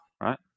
right